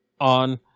on